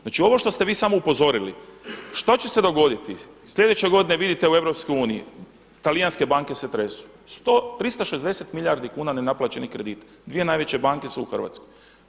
Znači ovo što ste vi samo upozorili što će se dogoditi, slijedeće godine vidite u EU talijanske banke se tresu, 360 milijardi kuna nenaplaćenih kredita, dvije najveće banke su u Hrvatskoj.